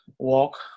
Walk